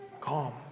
calm